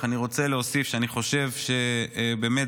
אך אני רוצה להוסיף שאני חושב שזו באמת